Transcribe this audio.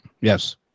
Yes